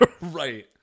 Right